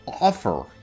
offer